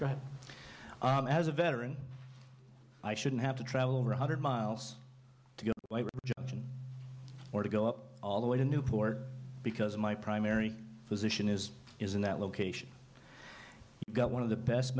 of as a veteran i shouldn't have to travel over one hundred miles to go or to go up all the way to newport because my primary physician is is in that location got one of the best